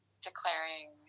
declaring